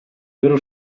vero